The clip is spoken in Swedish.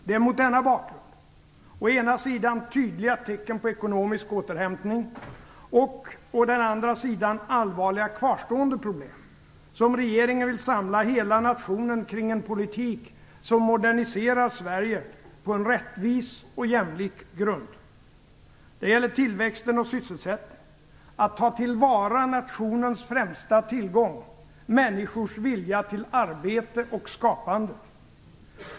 Det är mot denna bakgrund - å ena sidan tydliga tecken på ekonomisk återhämtning, å andra sidan allvarliga kvarstående problem - som regeringen vill samla hela nationen kring en politik som moderniserar Sverige på en rättvis och jämlik grund. Det gäller tillväxten och sysselsättningen: att ta till vara nationens främsta tillgång - människors vilja till arbete och skapande.